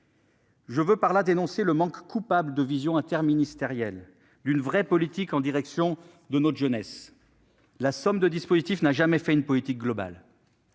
Je veux ainsi dénoncer le manque coupable de vision interministérielle d'une vraie politique en direction de notre jeunesse. La somme de dispositifs n'a jamais fait une politique globale.